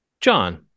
John